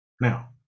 Now